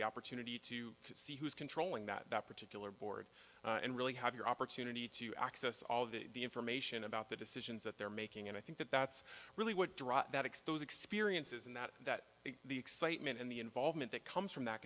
the opportunity to see who is controlling that particular board and really have your opportunity to access all the information about the decisions that they're making and i think that that's really what drive that expose experiences and that that the excitement and the involvement that comes from that